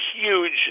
huge